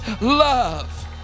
love